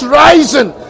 rising